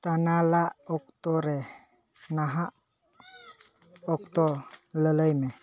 ᱛᱟᱱᱟᱞᱟ ᱚᱠᱛᱚᱨᱮ ᱱᱟᱦᱟᱜ ᱚᱠᱛᱚ ᱞᱟᱹᱞᱟᱹᱭᱢᱮ